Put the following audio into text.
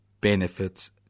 benefits